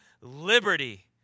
liberty